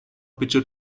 pitcher